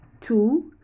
Two